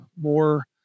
more